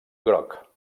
groc